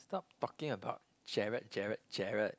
stop talking about Gerald Gerald Gerald